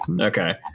Okay